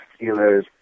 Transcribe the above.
Steelers